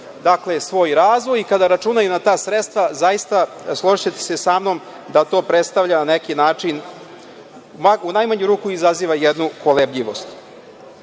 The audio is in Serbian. svoj razvoj i kada računaju na ta sredstva, zaista, složićete se sa mnom, to predstavlja na neki način, u najmanju ruku izaziva jednu kolebljivost. Smatram